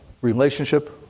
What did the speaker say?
relationship